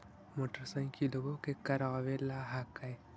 मोटरसाइकिलवो के करावे ल हेकै?